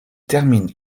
termine